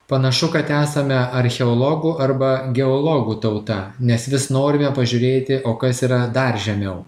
panašu kad esame archeologų arba geologų tauta nes vis norime pažiūrėti o kas yra dar žemiau